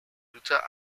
luther